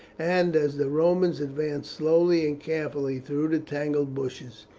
and as the romans advanced slowly and carefully through the tangled bushes,